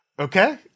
Okay